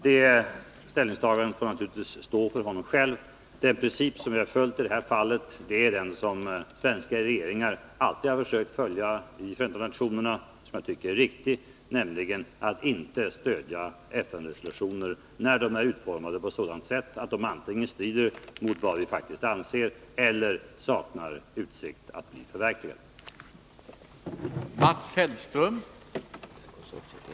Det ställningstagandet får stå för honom själv. Den princip som vi har följt i det här fallet är den som svenska regeringar alltid försökt följa i Förenta nationerna och som jag tycker är riktig, nämligen att inte stödja FN-resolutioner när de är utformade på ett sådant sätt att de antingen strider mot vad vi faktiskt anser eller saknar utsikt att bli förverkligade.